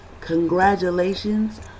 Congratulations